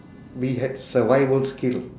we had survival skill